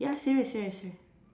ya serious serious serious